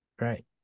Right